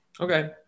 Okay